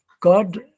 god